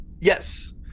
Yes